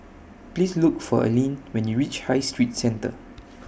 Please Look For Aline when YOU REACH High Street Centre